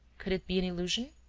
could it be an illusion?